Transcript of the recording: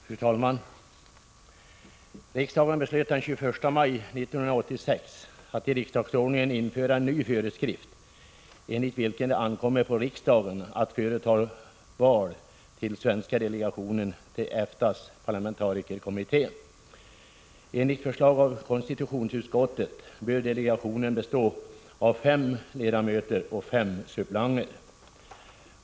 Fru talman! Riksdagen beslöt den 21 maj 1986 att i riksdagsordningen införa en ny föreskrift, enligt vilken det ankommer på riksdagen att företa val till svenska delegationen till EFTA:s parlamentarikerkommitté. Enligt förslag av konstitutionsutskottet bör delegationen bestå av fem ledamöter och fem suppleanter.